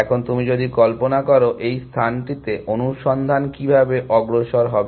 এখন তুমি যদি কল্পনা করো এই স্থানটিতে অনুসন্ধান কীভাবে অগ্রসর হবে